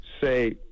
say